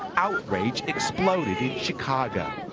outrage exploded in chicago.